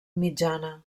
mitjana